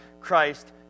Christ